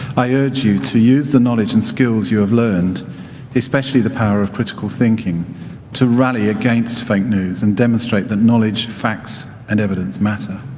i urge you to use the knowledge and skills you have learned especially the power of critical thinking to rally against fake news and demonstrate the knowledge facts and evidence matter.